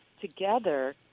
together